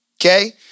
Okay